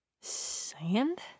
Sand